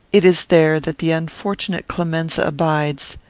it is there that the unfortunate clemenza abides.